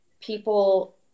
people